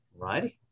right